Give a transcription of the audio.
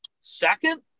second